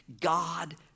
God